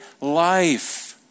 life